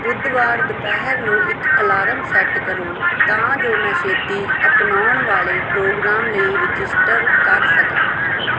ਬੁੱਧਵਾਰ ਦੁਪਹਿਰ ਨੂੰ ਇੱਕ ਅਲਾਰਮ ਸੈਟ ਕਰੋ ਤਾਂ ਜੋ ਮੈਂ ਛੇਤੀ ਅਪਣਾਉਣ ਵਾਲੇ ਪ੍ਰੋਗਰਾਮ ਲਈ ਰਜਿਸਟਰ ਕਰ ਸਕਾਂ